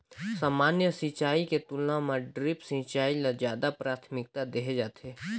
सामान्य सिंचाई के तुलना म ड्रिप सिंचाई ल ज्यादा प्राथमिकता देहे जाथे